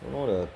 don't know the